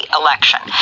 election